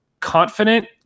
confident